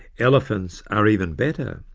elephants are even better.